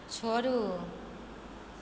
छोड़ू